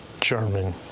German